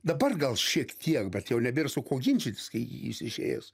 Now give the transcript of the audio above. dabar gal šiek tiek bet jau nebėr su kuo ginčytis kai jis išėjęs